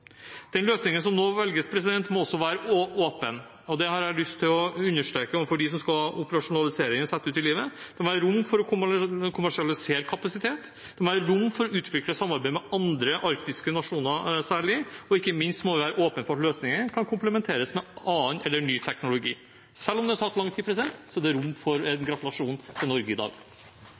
Den løsningen som nå velges, må også være åpen. Det har jeg lyst til å understreke overfor dem som skal operasjonalisere dette og sette det ut i livet: Det må være rom for å kommersialisere kapasitet, det må være rom for å utvikle samarbeid med andre, særlig arktiske nasjoner, og ikke minst må vi være åpne for at løsninger kan kompletteres med annen eller ny teknologi. Selv om det har tatt lang tid, er det rom for å gratulere Norge i dag.